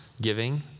giving